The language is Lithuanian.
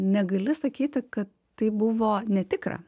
negali sakyti kad tai buvo netikra